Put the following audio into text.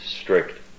strict